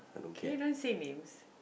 can you don't say names